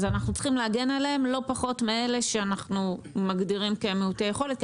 אנחנו צריכים להגן עליהם לא פחות מאלה שאנחנו מגדירים כמעוטי יכולת,